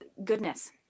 goodness